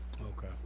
Okay